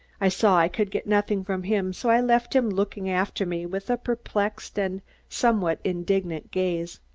i saw i could get nothing from him so i left him looking after me with a perplexed and somewhat indignant gaze.